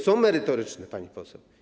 Są merytoryczne, pani poseł.